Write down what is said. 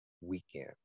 weekend